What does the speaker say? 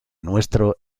nuestro